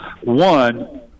One